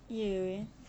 ya wei